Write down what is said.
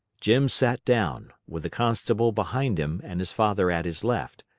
jim sat down, with the constable behind him and his father at his left,